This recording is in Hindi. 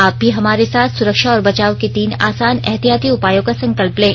आप भी हमारे साथ सुरक्षा और बचाव के तीन आसान एहतियाती उपायों का संकल्प लें